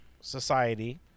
society